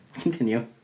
Continue